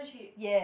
ya